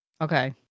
Okay